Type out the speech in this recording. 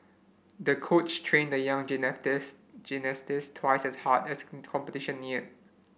the coach trained the young gymnastics gymnastics twice as hard as competition neared